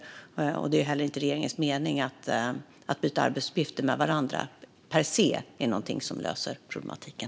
Det är heller inte regeringens mening att de ska byta arbetsuppgifter med varandra och att det per se är någonting som löser problematiken.